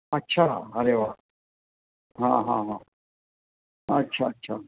अच्छा अरे वा हां हां हां अच्छा अच्छा